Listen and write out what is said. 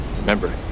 Remember